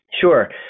Sure